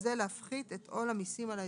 זה להפחית את עול המיסים על האזרחים.